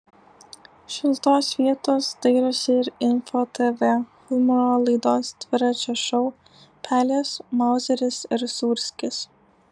šiltos vietos dairosi ir info tv humoro laidos dviračio šou pelės mauzeris ir sūrskis